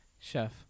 chef